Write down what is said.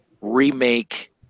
remake